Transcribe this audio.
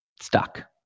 stuck